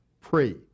pre